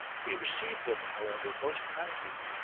he received them however most kindly,